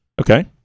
Okay